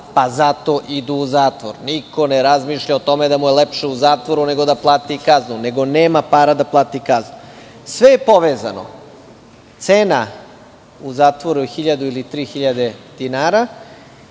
pa zato idu u zatvor. Niko ne razmišlja o tome da mu je lepše u zatvoru nego da plati kaznu, nego nema para da plati kaznu. Sve je povezano, cena u zatvoru je 1.000 ili 3.000 dinara,